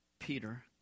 Peter